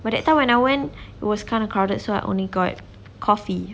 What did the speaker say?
but that time when I went it was kind of crowded so I only got coffee